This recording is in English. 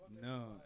No